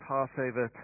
Passover